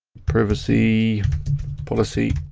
privacy policy.